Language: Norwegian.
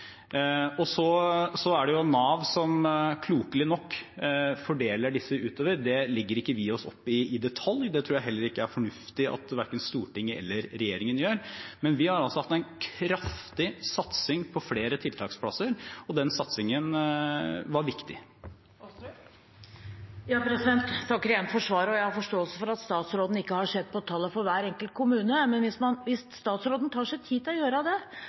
Så er det Nav som klokelig nok fordeler disse utover. Det legger ikke vi oss opp i i detalj. Det tror jeg heller ikke er fornuftig at verken Stortinget eller regjeringen gjør, men vi har altså hatt en kraftig satsing på flere tiltaksplasser, og den satsingen var viktig. Jeg takker igjen for svaret. Jeg har forståelse for at statsråden ikke har sett på tallene for hver enkelt kommune, men hvis statsråden tar seg tid til å gjøre det,